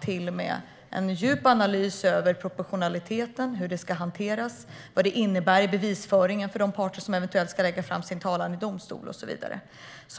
till en djup analys av proportionaliteten, hur det ska hanteras och vad det innebär i bevisföringen för de parter som eventuellt ska lägga fram sin talan i domstol och så vidare.